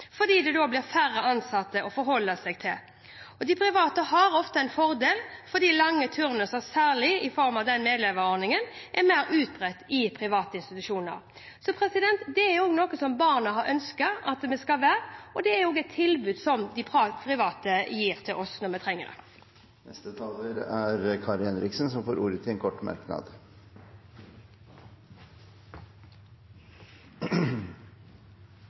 fordi det da blir færre ansatte å forholde seg til. De private har ofte en fordel, fordi lange turnuser, særlig i form av en ordning med medleverturnus, er mer utbredt i private institusjoner. Det er noe som barna har ønsket at en skal ha, og som de private tilbyr oss når vi trenger det. Representanten Kari Henriksen har hatt ordet to ganger tidligere og får ordet til en kort